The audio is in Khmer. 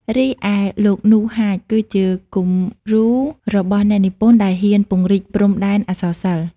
រីឯលោក នូ ហាច គឺជាគំរូរបស់អ្នកនិពន្ធដែលហ៊ានពង្រីកព្រំដែនអក្សរសិល្ប៍។